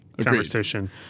conversation